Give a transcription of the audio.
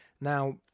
Now